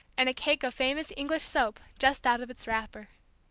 and a cake of famous english soap just out of its wrapper.